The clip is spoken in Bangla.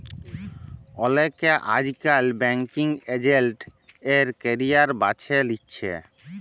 অলেকে আইজকাল ব্যাংকিং এজেল্ট এর ক্যারিয়ার বাছে লিছে